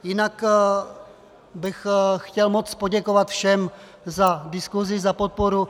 Jinak bych chtěl moc poděkovat všem za diskusi, za podporu.